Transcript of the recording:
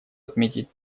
отметить